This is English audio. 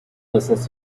listens